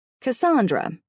Cassandra